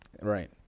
Right